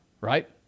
right